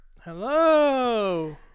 Hello